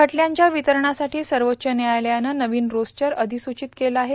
खटल्यांच्या वितरणासाठी सर्वोच्च न्यायालयानं नवीन रोस्टर अधिसूचित केलं आहे